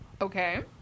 Okay